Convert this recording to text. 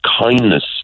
kindness